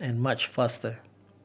and much faster